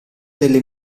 delle